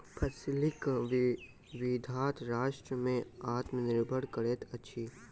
फसिलक विविधता राष्ट्र के आत्मनिर्भर करैत अछि